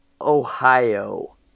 Ohio